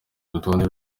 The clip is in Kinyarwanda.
rutonde